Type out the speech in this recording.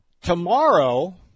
Tomorrow